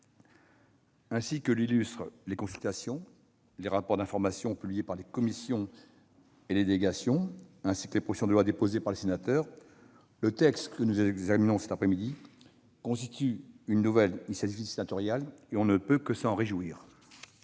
ainsi que l'illustrent les consultations, les rapports d'information publiés par les commissions et les délégations et les propositions de loi déposées par les sénateurs. Le texte que nous examinons cet après-midi constitue une nouvelle initiative sénatoriale, et l'on ne peut que s'en réjouir.